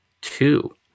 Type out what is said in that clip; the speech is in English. two